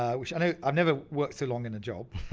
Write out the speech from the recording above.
um which i know i've never worked so long in a job,